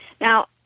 Now